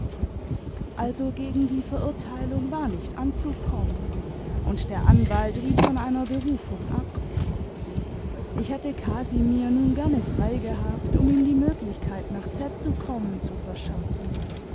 also gegen die verurteilung war nicht anzukommen und der anwalt riet von einer berufung ab ich hätte casimir nun gerne frei gehabt um ihm die möglichkeit nach z zu kommen zu verschaffen